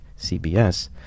CBS